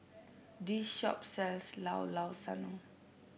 this shop sells Llao Llao Sanum